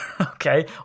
okay